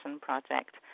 project